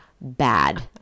bad